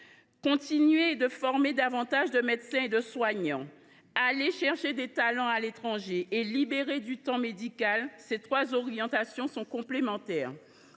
Continuer de former davantage de médecins et de soignants, aller chercher des talents à l’étranger et libérer du temps médical : ces trois orientations sont complémentaires.